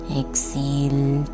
exhale